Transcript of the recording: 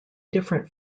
different